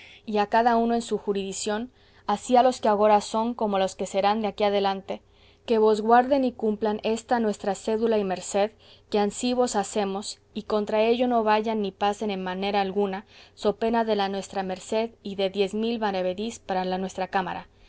a cada uno en su juridición ansí a los que agora son como a los que serán de aquí adelante que vos guarden y cumplan esta nuestra cédula y merced que ansí vos hacemos y contra ella no vayan ni pasen en manera alguna so pena de la nuestra merced y de diez mil maravedís para la nuestra cámara